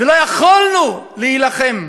ולא יכולנו להילחם,